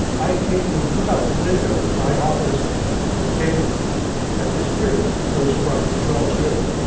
i occasionally look out the window in my office in cambridge at this bridge, which goes across the charles river,